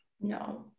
No